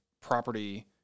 property